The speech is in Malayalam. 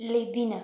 ലിധിന